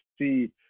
see